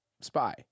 spy